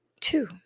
Two